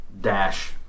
dash